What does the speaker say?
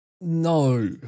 No